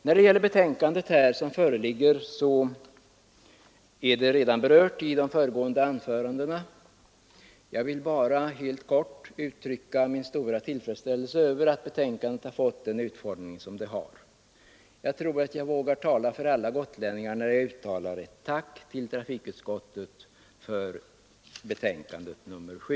Onsdagen den Det betänkande som föreligger här är redan berört i de föregående 24 april 1974 anförandena. Jag vill bara helt kort uttrycka min stora tillfredställelse över att betänkandet har fått den utformning som det fått. Jag tror att jag vågar tala för alla gotlänningar när jag uttalar ett tack till trafikutskottet för betänkandet nr 7.